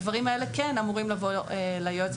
הדברים האלה כן אמורים לבוא ליועצת